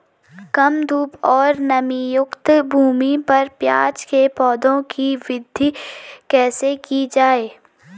कम धूप और नमीयुक्त भूमि पर प्याज़ के पौधों की वृद्धि कैसे की जाए?